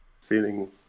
feeling